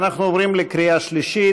אנחנו עוברים לקריאה שלישית.